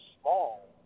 small